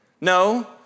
no